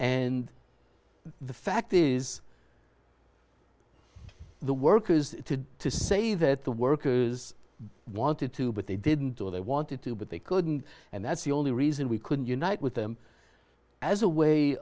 and the fact is the workers to say that the workers wanted to but they didn't or they wanted to but they couldn't and that's the only reason we couldn't unite with them as a way